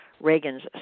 Reagan's